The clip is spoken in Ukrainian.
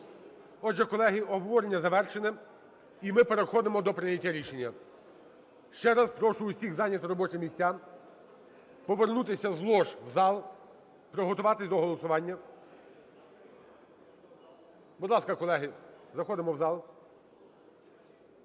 Отже, колеги, обговорення завершене, і ми переходимо до прийняття рішення. Ще раз прошу усіх зайняти робочі місця, повернутися з лож в зал, приготуватись до голосування. Будь ласка, колеги, заходимо в зал.